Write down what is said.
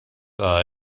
war